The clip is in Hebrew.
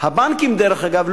דרך אגב,